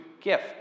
gift